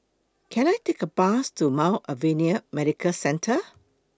Can I Take A Bus to Mount Alvernia Medical Centre